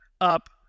up